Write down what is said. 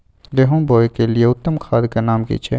गेहूं बोअ के लिये उत्तम खाद के नाम की छै?